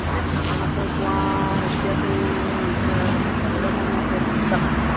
এই চানা মাছৰ পোৱা এতিয়াটো একেবাৰে কমতে বিশ টকা